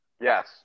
Yes